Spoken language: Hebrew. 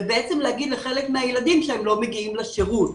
ובעצם להגיד לחלק מהילדים שהם לא מגיעים לשירות.